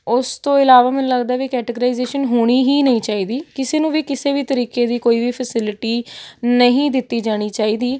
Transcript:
ਉਸ ਤੋਂ ਇਲਾਵਾ ਮੈਨੂੰ ਲੱਗਦਾ ਵੀ ਕੈਟਾਗਰੀਜ਼ੇਸ਼ਨ ਹੋਣੀ ਹੀ ਨਹੀਂ ਚਾਹੀਦੀ ਕਿਸੇ ਨੂੰ ਵੀ ਕਿਸੇ ਵੀ ਤਰੀਕੇ ਦੀ ਕੋਈ ਵੀ ਫਸਿਲਿਟੀ ਨਹੀਂ ਦਿੱਤੀ ਜਾਣੀ ਚਾਹੀਦੀ